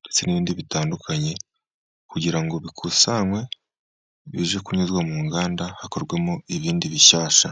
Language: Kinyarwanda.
ndetse n'ibindi bitandukanye , kugira ngo bikusanwe bijye kunyuzwa mu nganda. Hakorwemo ibindi bishyashya.